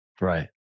right